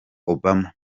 obama